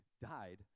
died